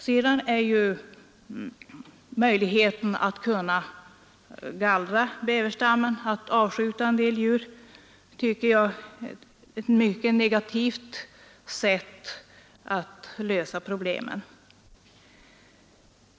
Vidare tycker jag att möjligheten att gallra bäverstammen genom att avskjuta en del djur är ett mycket negativt sätt att lösa problemet.